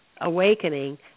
awakening